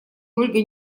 ольга